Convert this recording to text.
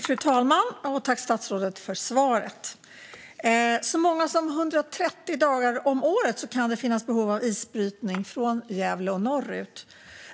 Fru talman! Tack för svaret, statsrådet! Så många som 130 dagar om året kan det finnas behov av isbrytning från Gävle och norrut.